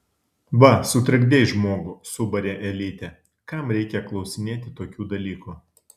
va sutrikdei žmogų subarė elytė kam reikia klausinėti tokių dalykų